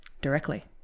directly